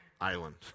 island